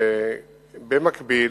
ובמקביל,